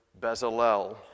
Bezalel